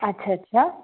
अच्छा अच्छा